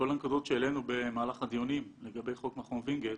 שהמטרה העיקרית בחוק מכון וינגייט